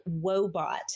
Wobot